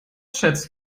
schätzt